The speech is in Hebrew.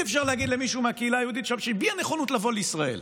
אי-אפשר להגיד למישהו מהקהילה היהודית שם שהביע נכונות לבוא לישראל: